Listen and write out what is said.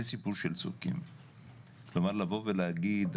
לבוא ולהגיד,